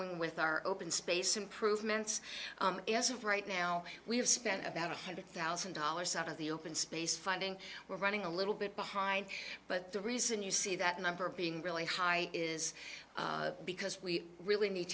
continuing with our open space improvements as of right now we have spent about one hundred thousand dollars out of the open space funding we're running a little bit behind but the reason you see that number being really high is because we really need